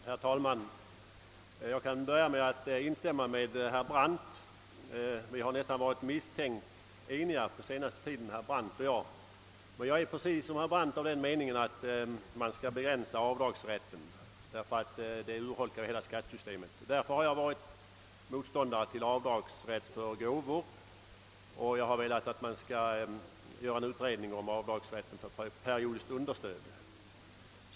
Herr talman! Jag kan börja med att instämma med herr Brandt. På senaste tiden har vi båda varit nära nog misstänkt eniga, och jag är i detta fall av precis samma mening som herr Brandt att avdragsrätten allmänt sett bör be gränsas, ty den urholkar hela skattesystemet. Därför har jag också varit motståndare till avdragsrätt för gåvor och biträtt ett förslag om en utredning om avdragsrätten för periodiskt understöd.